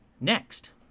Next